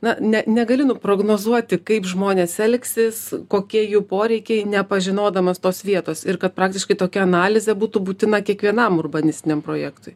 na ne negali nuprognozuoti kaip žmonės elgsis kokie jų poreikiai nepažinodamas tos vietos ir kad praktiškai tokia analizė būtų būtina kiekvienam urbanistiniam projektui